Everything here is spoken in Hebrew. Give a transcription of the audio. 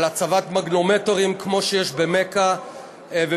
על הצבת מגנומטרים כמו שיש במכה ובכותל.